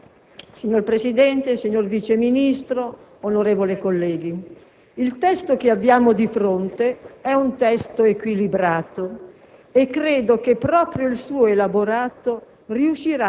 Signor Presidente, signor Vice ministro, onorevoli colleghi, il testo che abbiamo di fronte è un testo equilibrato,